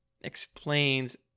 explains